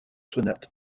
sonates